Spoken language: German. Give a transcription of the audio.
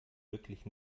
wirklich